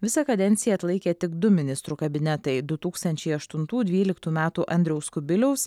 visą kadenciją atlaikė tik du ministrų kabinetai du tūkstančiai aštuntų dvyliktų metų andriaus kubiliaus